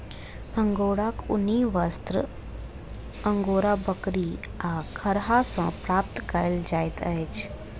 अंगोराक ऊनी वस्त्र अंगोरा बकरी आ खरहा सॅ प्राप्त कयल जाइत अछि